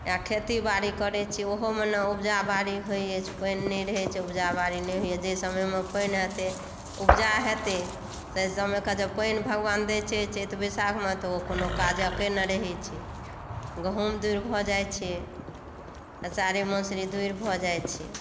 इएह खेती बाड़ी करै छी ओहोमे ने उपजा बाड़ी होइ अछि पानि नहि रहै छै उपजा बाड़ी नहि होइया जाहि सॅं समयमे पानि औतै उपजा हेतै जाहि समय मे पानि भगवान दै छै चैत बैशाखमे तऽ ओ कोनो काजकेँ नहि रहै छै गहूॅंम दुरि भऽ जाइ छै आषाढ़ी मसुरी दुरि भऽ जाइ छै